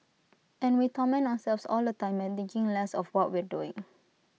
and we torment ourselves all the time by thinking less of what we're doing